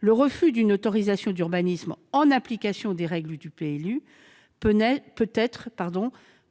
Le refus d'une autorisation d'urbanisme en application des règles du PLU peut être